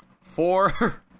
Four